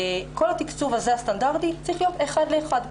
כל התקצוב הסטנדרטי הזה צריך להיות אחד לאחד.